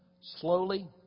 slowly